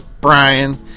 Brian